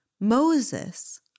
Moses